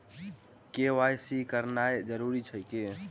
KYC करानाइ जरूरी अछि की?